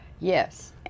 Yes